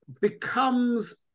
becomes